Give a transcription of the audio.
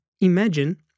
imagine